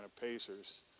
Pacers